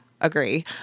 agree